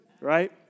Right